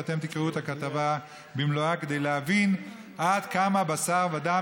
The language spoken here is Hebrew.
ואתם תקראו את הכתבה במלואה כדי להבין עד כמה בשר ודם